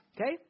Okay